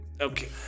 Okay